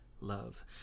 love